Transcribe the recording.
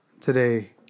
today